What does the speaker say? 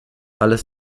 alles